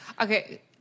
Okay